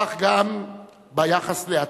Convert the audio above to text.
כך גם ביחס לעתיד: